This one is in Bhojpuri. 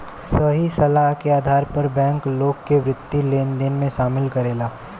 सही सलाह के आधार पर बैंक, लोग के वित्तीय लेनदेन में शामिल करेला